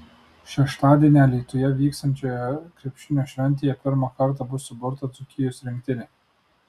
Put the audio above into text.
šeštadienį alytuje vyksiančioje krepšinio šventėje pirmą kartą bus suburta dzūkijos rinktinė